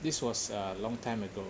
this was a long time ago